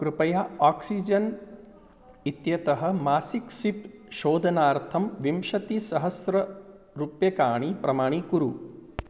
कृपया आक्सिजन् इत्यतः मासिक सिप् शोधनार्थं विंशतिसहस्ररूप्यकाणि प्रमाणीकुरु